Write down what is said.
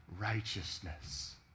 righteousness